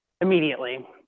immediately